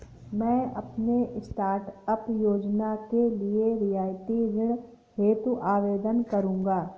मैं अपने स्टार्टअप योजना के लिए रियायती ऋण हेतु आवेदन करूंगा